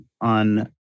on